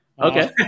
Okay